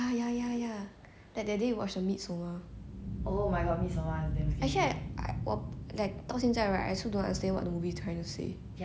actually I I 我 like 到现在 right I also don't what the movie is trying to say want to say